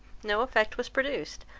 no effect was produced,